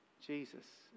Jesus